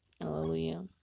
Hallelujah